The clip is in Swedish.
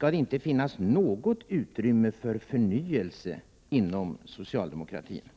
om det inte skall finnas något utrymme för förnyelse inom socialdemokratin.